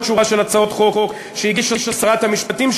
שורה של הצעות חוק שהגישה שרת המשפטים,